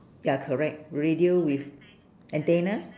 ya correct radio with antenna